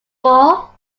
all